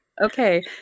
Okay